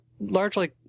largely